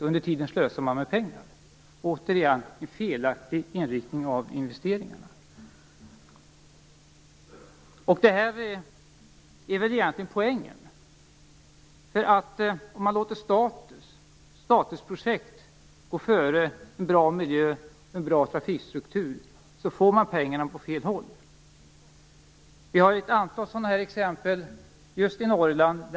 Och under tiden slösar man med pengar. Det är, återigen, en felaktig inriktning på investeringarna. Detta är egentligen poängen. Om man låter statusprojekt gå före en bra miljö och en bra trafikstruktur kommer pengarna på fel håll. Vi har ett antal sådana här exempel just i Norrland.